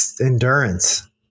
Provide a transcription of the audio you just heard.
endurance